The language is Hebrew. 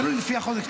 תלוי לפי החוזק.